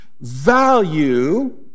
value